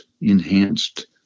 enhanced